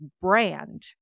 brand